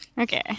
okay